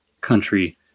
country